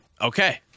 Okay